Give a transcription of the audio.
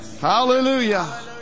hallelujah